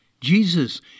Jesus